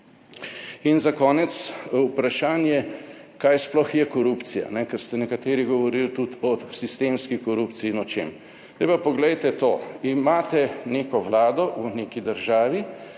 In za konec vprašanje kaj sploh je korupcija, ne, ker ste nekateri govorili tudi o sistemski korupciji in o čem. Zdaj pa poglejte, to. Imate neko Vlado v neki državi,